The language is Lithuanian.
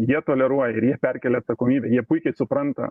jie toleruoja ir jie perkelia atsakomybę jie puikiai supranta